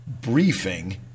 briefing